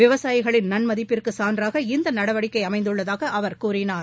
விவசாயிகளின் நன்மதிப்பிற்கு சான்றாக இந்த நடவடிக்கை அமைந்துள்ளதாக அவர் கூறினார்